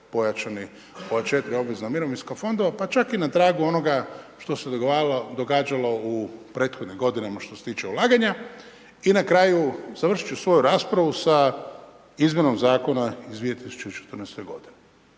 razumije./... obveznih mirovinskih fondova, pa čak i na tragu onoga što se događalo u prethodnim godinama što se tiče ulaganja. I na kraju, završit ću svoju raspravu sa izmjenom Zakona iz 2014. godine.